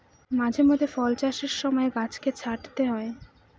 মাঝে মধ্যে ফল চাষের সময় গাছকে ছাঁটতে হয়